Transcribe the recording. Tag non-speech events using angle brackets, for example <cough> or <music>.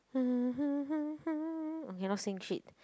<noise> okay no singing shit